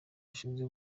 bashinzwe